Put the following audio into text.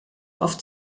auf